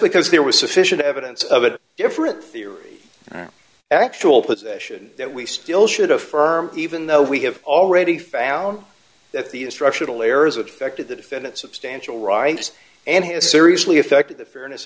because there was sufficient evidence of a different theory actual possession that we still should affirm even though we have already found that the instructional errors affected the defendant substantial right and his seriously affected the fairness